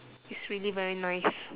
it's really very nice